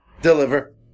deliver